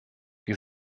wir